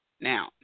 Now